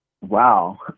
Wow